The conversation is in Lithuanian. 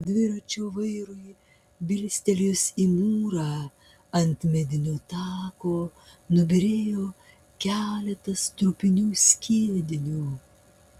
dviračio vairui bilstelėjus į mūrą ant medinio tako nubyrėjo keletas trupinių skiedinio